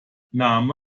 name